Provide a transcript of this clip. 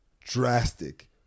drastic